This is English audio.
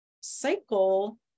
cycle